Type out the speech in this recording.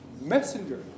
messenger